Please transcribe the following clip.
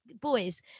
Boys